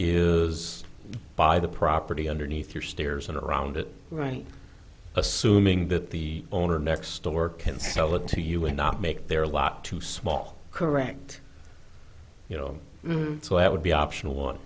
is buy the property underneath your stairs and around it right assuming that the owner next door can sell it to you and not make their lot too small correct you know so it would be optional on